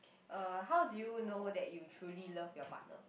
uh how do you know that you truly love your partner